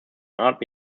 art